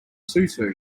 tutu